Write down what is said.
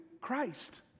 Christ